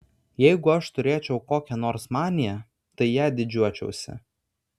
jeigu aš turėčiau kokią nors maniją tai ja didžiuočiausi